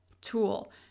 tool